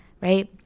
Right